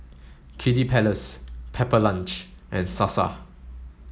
Kiddy Palace Pepper Lunch and Sasa